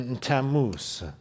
Tammuz